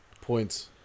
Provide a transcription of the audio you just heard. points